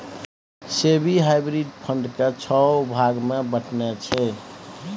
SEBI hybrid fund केँ छओ भाग मे बँटने छै